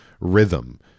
rhythm